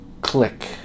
click